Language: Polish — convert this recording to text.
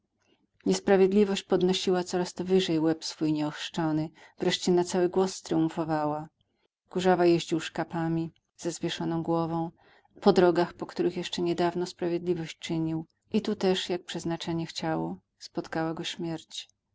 było niesprawiedliwość podnosiła coraz to wyżej łeb swój nieochrzczony wreszcie na cały głos tryumfowała kurzawa jeździł szkapami ze zwieszoną głową po drogach po których jeszcze niedawno sprawiedliwość czynił i tu też jak przeznaczenie chciało spotkała go śmierć